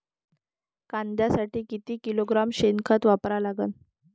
कांद्यासाठी किती किलोग्रॅम शेनखत वापरा लागन?